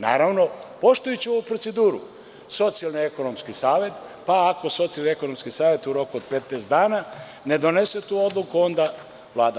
Naravno, poštujući ovuproceduru, socijalno-ekonomski savet, pa ako socijalno-ekonomski savet u roku od 15 dana ne donese tu odluku, onda Vlada.